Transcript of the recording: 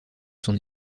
son